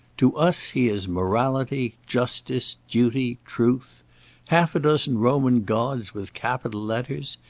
to us he is morality, justice, duty, truth half a dozen roman gods with capital letters.